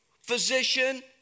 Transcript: physician